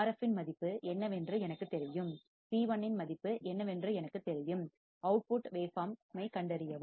F இன் மதிப்பு என்னவென்று எனக்குத் தெரியும் சி1 இன் மதிப்பு என்னவென்று எனக்குத் தெரியும் வெளியீட்டு அவுட்புட் அலைவடிவத்தைக் வேவ் பார்ம் கண்டறியவும்